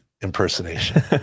impersonation